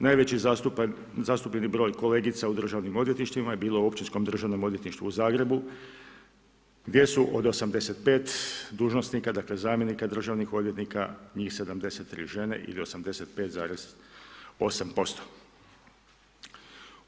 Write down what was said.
Najveći zastupljeni broj kolegica u državnim odvjetništvima je bilo u Općinskom državnom odvjetništvu u Zagrebu gdje su od 85 dužnosnika, dakle zamjenika državnih odvjetnika njih 73 žene ili 85,8%